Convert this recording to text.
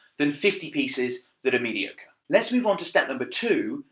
than fifty pieces that are mediocre. let's move on to step number two,